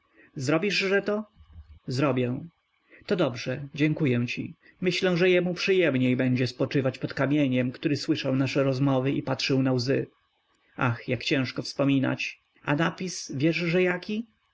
wdzięcznością zrobiszże to zrobię to dobrze dziękuję ci myślę że mu przyjemniej będzie spoczywać pod kamieniem który słyszał nasze rozmowy i patrzył na łzy ach jak ciężko wspominać a napis wieszże jaki